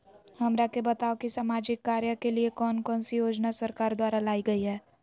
हमरा के बताओ कि सामाजिक कार्य के लिए कौन कौन सी योजना सरकार द्वारा लाई गई है?